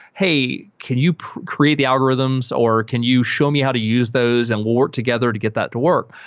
hey, can you create the algorithms or can you show me how to use those and we'll work together to get that to work?